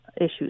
issues